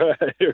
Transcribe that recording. right